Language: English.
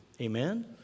amen